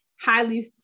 highly